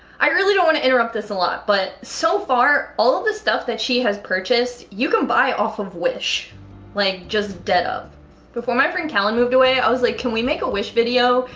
i really don't want to interrupt this a lot but so far all the stuff that she has purchased you can buy off of wish like just dead of before my friend kalin moved away. i was like, can we make a wish video?